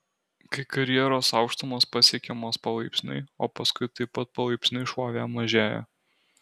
kai karjeros aukštumos pasiekiamos palaipsniui o paskui taip pat palaipsniui šlovė mažėja